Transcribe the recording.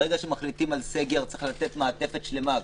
ברגע שמחליטים על סגר, צריך לתת מעטפת שלמה.